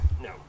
no